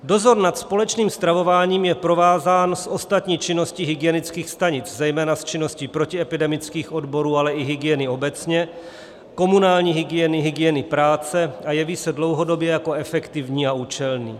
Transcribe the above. Dozor nad společným stravováním je provázán s ostatní činností hygienických stanic, zejména s činností protiepidemických odborů, ale i hygieny obecně, komunální hygieny, hygieny práce, a jeví se dlouhodobě jako efektivní a účelný.